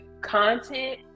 content